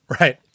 Right